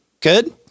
Good